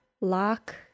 lock